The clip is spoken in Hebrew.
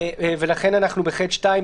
ולכן אנחנו ב-(ח)(2),